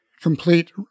complete